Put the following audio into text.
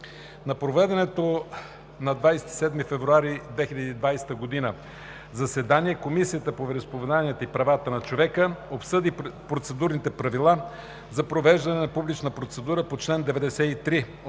На проведеното на 27 февруари 2020 г. заседание Комисията по вероизповеданията и правата на човека обсъди Процедурни правила за провеждане на публична процедура по чл. 93